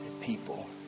people